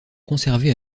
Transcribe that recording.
conservés